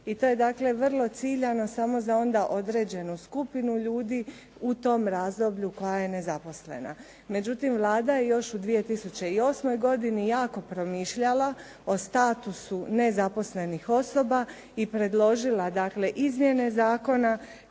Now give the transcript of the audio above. i to je dakle vrlo ciljano samo za onda određenu skupinu ljudi u tom razdoblju koja je nezaposlena. Međutim, Vlada je još u 2008. godini jako promišljala o statusu nezaposlenih osoba i predložila dakle izmjene zakona